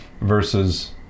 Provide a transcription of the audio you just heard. versus